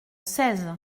seize